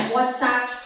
WhatsApp